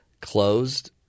closed